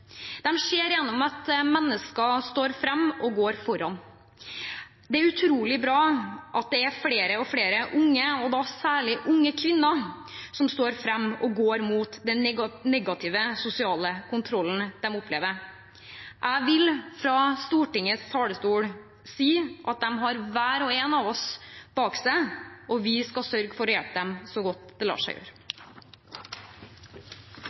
gjennom at mennesker står fram og går foran. Det er utrolig bra at det er flere og flere unge, og da særlig unge kvinner, som står fram og står imot den negative sosiale kontrollen de opplever. Jeg vil fra Stortingets talerstol si at de har hver og en av oss bak seg, og vi skal sørge for å hjelpe dem så godt det lar seg gjøre.